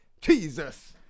Jesus